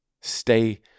stay